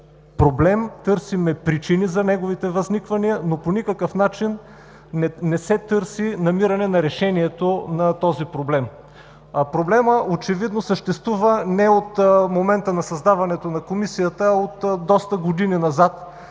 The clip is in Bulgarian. проблема и причините за неговото възникване, то по никакъв начин не се търси намиране на решението на този проблем. Проблемът очевидно съществува не от момента на създаването на Комисията, а от доста години назад,